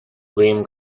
guím